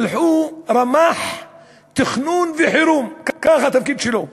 שלחו רמ"ח תכנון וחירום, זה התפקיד שלו.